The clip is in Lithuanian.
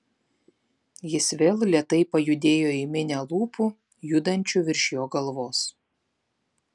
jis vėl lėtai pajudėjo į minią lūpų judančių virš jo galvos